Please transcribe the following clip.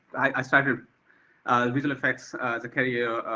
i started visual effects as a career,